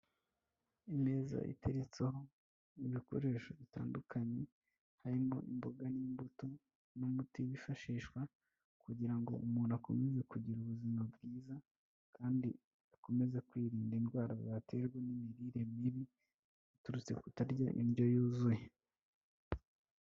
Imeza iteretseho ibikoresho bitandukanye harimo imboga n'imbuto n'umuti wifashishwa kugira ngo umuntu akomeze kugira ubuzima bwiza kandi akomeze kwirinda indwara zaterwa n'imirire mibi biturutse kutarya indyo yuzuye.